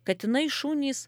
katinai šunys